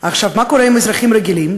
מה קורה עם אזרחים רגילים,